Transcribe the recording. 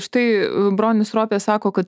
štai bronius ropė sako kad